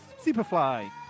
Superfly